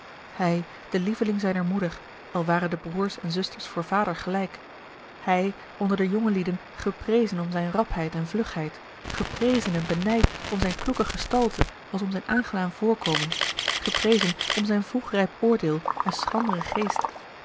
hij de lieveling zijner moeder al waren de broêrs en zusters voor vader gelijk hij onder de jongelieden geprezen om zijne rapheid en vlugheid geprezen en benijd om zijne kloeke gestalte als om zijn aangenaam voorkomen geprezen om zijn vroeg rijp oordeel en schranderen geest